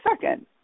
second